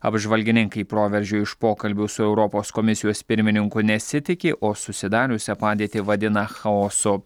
apžvalgininkai proveržio iš pokalbio su europos komisijos pirmininku nesitiki o susidariusią padėtį vadina chaosu